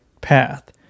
path